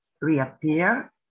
reappear